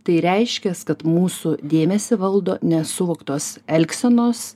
tai reiškias kad mūsų dėmesį valdo nesuvoktos elgsenos